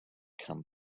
come